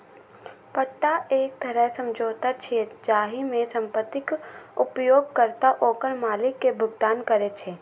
पट्टा एक तरह समझौता छियै, जाहि मे संपत्तिक उपयोगकर्ता ओकर मालिक कें भुगतान करै छै